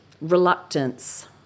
reluctance